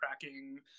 tracking